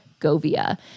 Govia